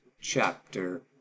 chapter